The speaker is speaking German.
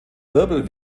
wirbel